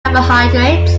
carbohydrates